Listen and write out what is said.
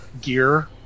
gear